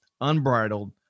unbridled